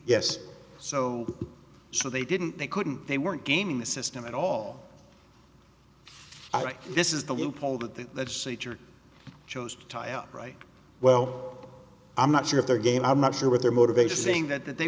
yes so so they didn't they couldn't they weren't gaming the system at all this is the loophole that the legislature chose to write well i'm not sure of their game i'm not sure what their motivation saying that that they